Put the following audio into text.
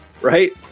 right